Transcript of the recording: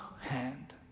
hand